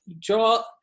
draw